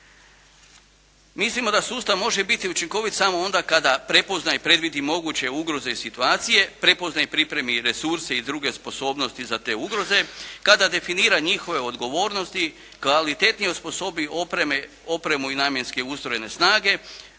Mislimo da sustav može biti učinkovit samo onda kada prepozna i predvidi moguće ugroze i situacije, prepozna i pripremi resurse i druge sposobnosti za te ugroze, kada definira njihove odgovornosti, kvalitetnije osposobi opremu i namjenski ustrojene snage,